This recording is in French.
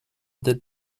del